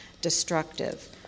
destructive